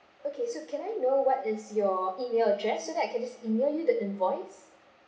okay can I know what is your email address so that I can just email you the invoice